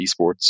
esports